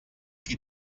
qui